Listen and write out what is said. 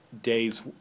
Days